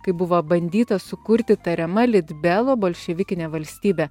kai buvo bandyta sukurti tariama litbelo bolševikinė valstybė